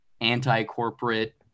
anti-corporate